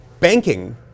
Banking